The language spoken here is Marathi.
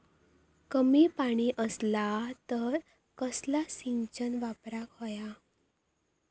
कमी पाणी असला तर कसला सिंचन वापराक होया?